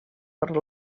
per